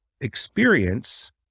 experience